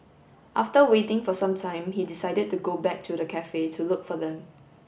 after waiting for some time he decided to go back to the cafe to look for them